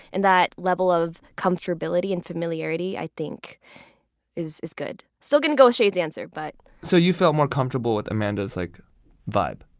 and that level of comfortability and familiarity i think is is good. still gonna go with shay's answer but, so you felt more comfortable with amanda's like vibe?